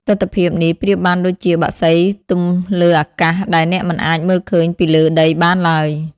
ទិដ្ឋភាពនេះប្រៀបបានដូចជាបក្សីទំលើអាកាស ដែលអ្នកមិនអាចមើលឃើញពីលើដីបានឡើយ។